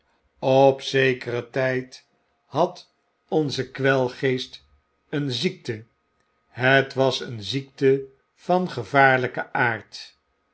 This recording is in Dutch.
op zekeren tijd had onze kwelgeest een ziekte het was een ziekte van gevaarlgken aard